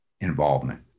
involvement